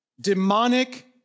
demonic